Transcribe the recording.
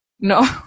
No